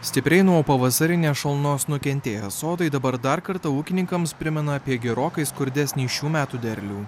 stipriai nuo pavasarinės šalnos nukentėję sodai dabar dar kartą ūkininkams primena apie gerokai skurdesnį šių metų derlių